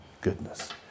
goodness